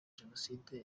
jenoside